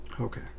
Okay